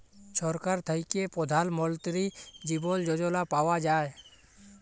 ছরকার থ্যাইকে পধাল মলতিরি জীবল যজলা পাউয়া যায়